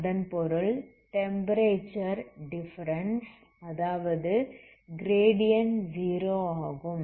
அதன் பொருள் temperature difference அதாவது கிரேடியன்ட் 0 ஆகும்